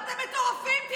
אתם מטורפים.